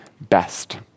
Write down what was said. best